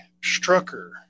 Strucker